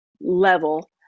level